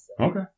Okay